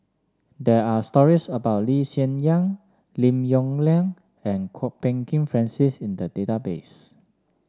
there are stories about Lee Hsien Yang Lim Yong Liang and Kwok Peng Kin Francis in the database